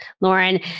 Lauren